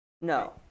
No